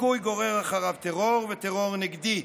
דיכוי גורר אחריו טרור וטרור נגדי".